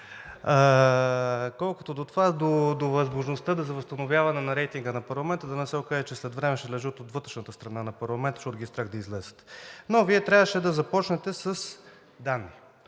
Колкото до възможността за възстановяване на рейтинга на парламента – да не се окаже, че след време ще лежат от вътрешната страна на парламента, защото ги е страх да излязат. Но Вие трябваше да започнете с данни.